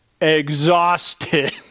Exhausted